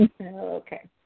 Okay